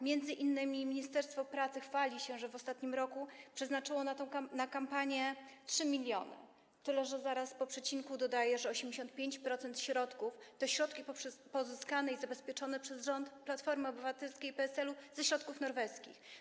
Między innymi ministerstwo pracy chwali się, że w ostatnim roku przeznaczyło na kampanie 3 mln, tyle że zaraz po przecinku dodaje, że 85% środków to środki pozyskane i zabezpieczone przez rząd Platformy Obywatelskiej i PSL-u ze środków norweskich.